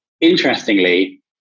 interestingly